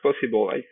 possible